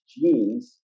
genes